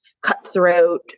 cutthroat